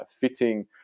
fitting